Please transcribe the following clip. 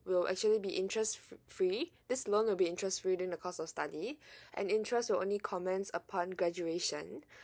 will actually be interest free this loan will be interest free during the course of study and interest will only comments upon graduation